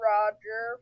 Roger